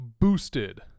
boosted